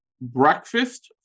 breakfast